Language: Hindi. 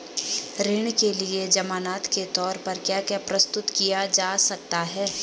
ऋण के लिए ज़मानात के तोर पर क्या क्या प्रस्तुत किया जा सकता है?